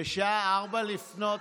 בשעה 04:00,